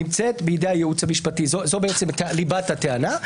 נמצאת בידי הייעוץ המשפטי זאת ליבת הטענה.